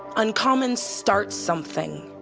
uncommon starts something.